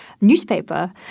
newspaper